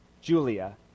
Julia